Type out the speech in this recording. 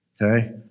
Okay